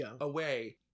away